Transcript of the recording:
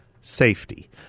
Safety